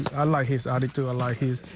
i like his out into a like these.